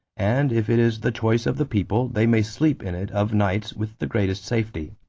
and if it is the choice of the people, they may sleep in it of nights with the greatest safety.